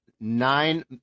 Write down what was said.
Nine